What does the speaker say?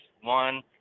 one